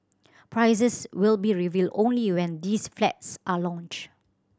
prices will be revealed only when these flats are launched